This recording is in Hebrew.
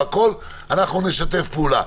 אנחנו נשתף פעולה.